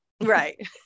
Right